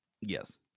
yes